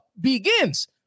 begins